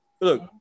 Look